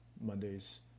Mondays